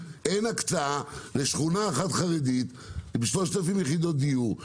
אין הקצאה לשכונה אחת חרדית עם 3,000 יחידות דיור.